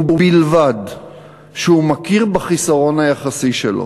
ובלבד שהוא מכיר בחיסרון היחסי שלו,